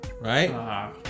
right